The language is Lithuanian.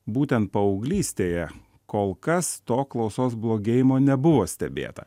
būtent paauglystėje kol kas to klausos blogėjimo nebuvo stebėta